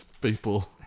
people